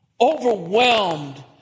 overwhelmed